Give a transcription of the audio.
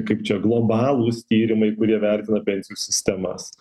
kaip čia globalūs tyrimai kurie vertina pensijų sistemas